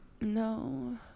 No